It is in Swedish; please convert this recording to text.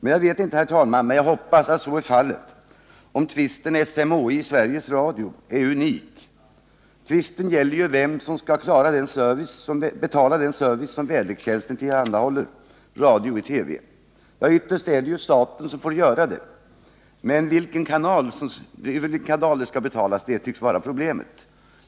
Jag vet inte — men jag hoppas att så är fallet — om tvisten SMHI-Sveriges Radio är unik. Tvisten gäller vem som skall betala den service som väderlekstjänsten tillhandahåller i radio och TV. Ytterst är det ju staten som får göra det, men över vilken kanal det skall betalas tycks vara problemet.